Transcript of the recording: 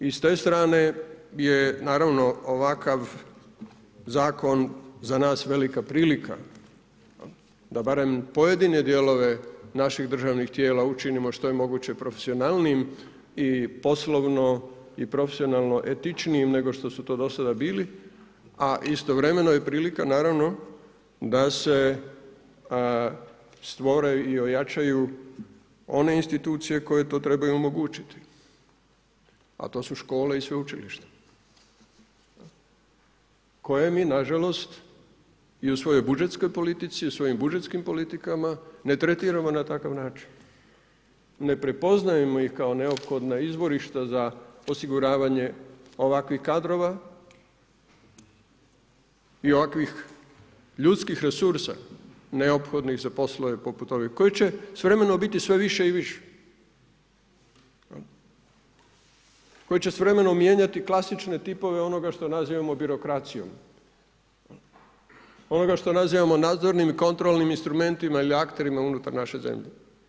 I s te strane je naravno, ovakav Zakon za nas velika prilika, da barem pojedine dijelove naših državnih tijela učinimo što je moguće profesionalnijim i poslovno i profesionalno etičnijim nego što su to do sada bili, a istovremeno je prilika naravno, da se stvore i ojačaju one institucije koje to trebaju omogućiti, a to su škole i sveučilišta koje mi nažalost i u svojoj budžetskoj politici i u svojim budžetskim politika ne tretiramo na takav način, ne prepoznajemo ih kao neophodna izvorišta za osiguravanje ovakvih kadrova i ovakvih ljudskih resursa neophodnih za poslove poput ovih kojih će s vremenom biti sve više i više, koji će s vremenom mijenjati klasične tipove onoga što nazivamo birokracijom, onoga što nazivamo nadzornim i kontrolnim instrumentima ili akterima unutar naše zemlje.